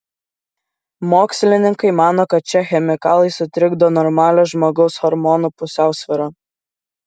mokslininkai mano kad šie chemikalai sutrikdo normalią žmogaus hormonų pusiausvyrą